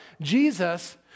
Jesus